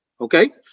okay